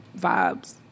vibes